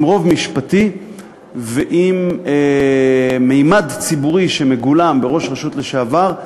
עם רוב משפטי ועם ממד ציבורי שמגולם בראש רשות לשעבר,